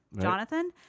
Jonathan